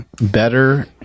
better